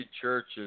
churches